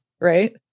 right